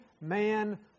man